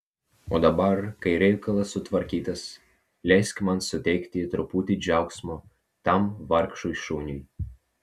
o dabar kai reikalas sutvarkytas leisk man suteikti truputį džiaugsmo tam vargšui šuniui